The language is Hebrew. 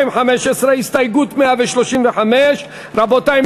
הסתייגות 134, רבותי.